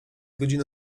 godzina